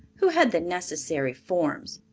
who had the necessary forms.